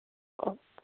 okay